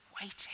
waiting